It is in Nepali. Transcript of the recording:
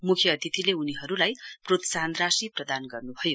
मुख्य अतिथिले उनीहरुलाई प्रोत्साहन राशि प्रदान गर्नुभयो